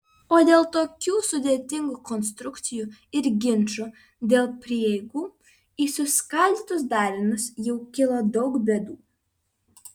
o dėl tokių sudėtingų konstrukcijų ir ginčų dėl prieigų į suskaldytus darinius jau kilo daug bėdų